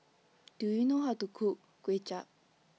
Do YOU know How to Cook Kway Chap